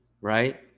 right